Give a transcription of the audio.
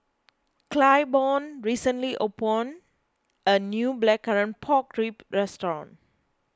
Claiborne recently opened a new Blackcurrant Pork Ribs Restaurant